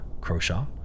Croshaw